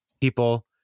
people